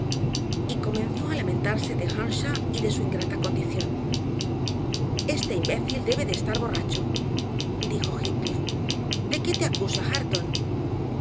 jardín y comenzó a lamentarse de earnshaw y de su ingrata condición este imbécil debe de estar borracho dijo heathcliff de qué te acusa hareton